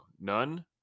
none